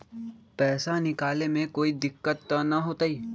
पैसा निकाले में कोई दिक्कत त न होतई?